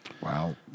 Wow